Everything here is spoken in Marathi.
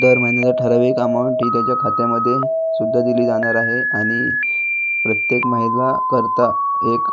दर महिन्याला ठराविक अमाऊंट ही त्याच्या खात्यामध्येसुद्धा दिली जाणार आहे आणि प्रत्येक महिलेकरता एक